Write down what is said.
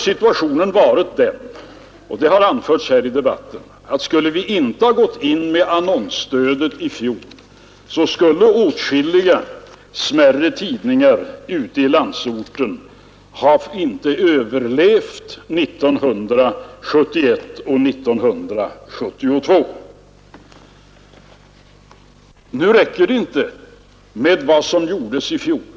Situationen har ju varit den — och det har anförts här i debatten — att om vi inte gått in med presstödet i fjol, skulle åtskilliga smärre tidningar ute i landsorten inte ha överlevt 1971 och 1972. Nu räcker det inte med vad som gjordes i fjol.